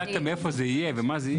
החלטתם מאיפה זה יהיה ומה זה יהיה?